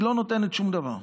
היא לא נותנת שום דבר,